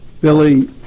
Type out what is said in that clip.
Billy